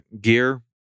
gear